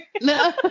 no